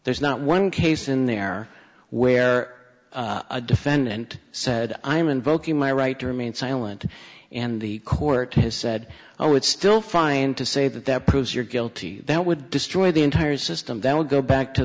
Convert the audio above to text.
there's not one case in there where a defendant said i'm invoking my right to remain silent and the court has said i would still find to say that that proves you're guilty that would destroy the entire system then we'll go back to